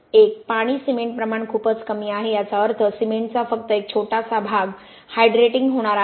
एक पाणी सिमेंट प्रमाण खूपच कमी आहे याचा अर्थ सिमेंटचा फक्त एक छोटासा भाग हायड्रेटिंग होणार आहे